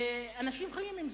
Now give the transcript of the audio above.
ואנשים חיים עם זה.